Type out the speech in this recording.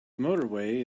motorway